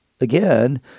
again